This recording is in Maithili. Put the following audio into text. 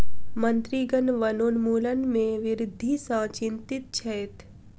मंत्रीगण वनोन्मूलन में वृद्धि सॅ चिंतित छैथ